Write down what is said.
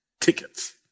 tickets